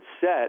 set